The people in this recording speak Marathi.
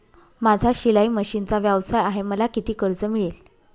माझा शिलाई मशिनचा व्यवसाय आहे मला किती कर्ज मिळेल?